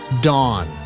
dawn